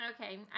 Okay